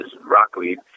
rockweed